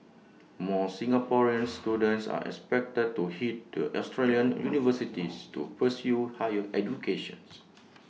more Singaporean students are expected to Head to Australian universities to pursue higher education